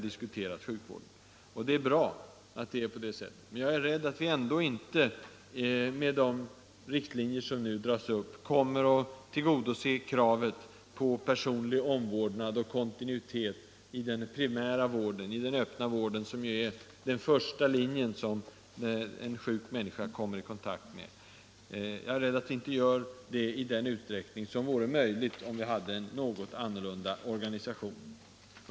Det är bra, men jag är rädd för att vi, med de riktlinjer som nu dras upp, ändå inte tillgodoser kravet på personlig omvårdnad och kontinuitet i den primära öppna vården, som är den första linjen en sjuk människa kommer i kontakt med. Jag är rädd att vi inte gör det i den utsträckning som vore möjlig, om vi hade en annan organisation.